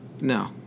No